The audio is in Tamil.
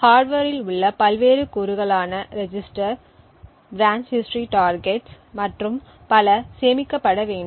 ஹார்ட்வரில் உள்ள பல்வேறு கூறுகளான ரெஜிஸ்டர் பிரான்ச் ஹிஸ்டரி டார்கெட் மற்றும் பல சேமிக்கப்பட வேண்டும்